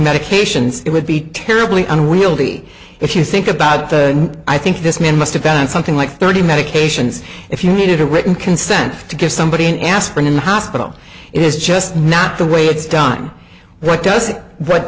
medications it would be terribly unwieldy if you think about the i think this man must have been something like thirty medications if you needed a written consent to give somebody an aspirin in the hospital is just not the way it's done what does